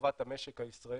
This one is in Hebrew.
לטובת המשק הישראלי,